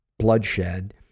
Bloodshed